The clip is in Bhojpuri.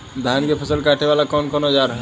धान के फसल कांटे वाला कवन औजार ह?